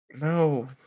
no